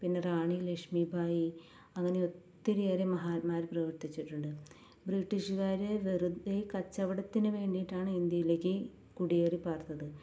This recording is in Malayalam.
പിന്നെ റാണി ലക്ഷ്മി ഭായി അങ്ങനെ ഒത്തിരിയേറെ മഹാന്മാര് പ്രവർത്തിച്ചിട്ടുണ്ട് ബ്രിട്ടീഷുകാര് വെറുതെ കച്ചവടത്തിന് വേണ്ടിയിട്ടാണ് ഇന്ത്യയിലേക്ക് കുടിയേറി പാർത്തത്